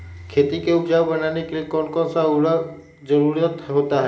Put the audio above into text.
खेती को उपजाऊ बनाने के लिए कौन कौन सा उर्वरक जरुरत होता हैं?